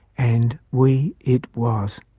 and we it was.